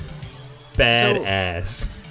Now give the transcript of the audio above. badass